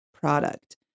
product